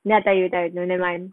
then I tell you then nevermind